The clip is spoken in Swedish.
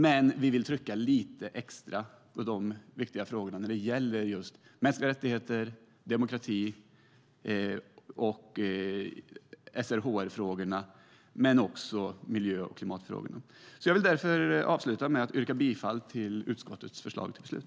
Men vi vill trycka lite extra på de viktiga frågor som gäller mänskliga rättigheter och demokrati, SRHR-frågorna och också miljö och klimatfrågorna. Jag avslutar med att yrka bifall till utskottets förslag till beslut.